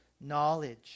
knowledge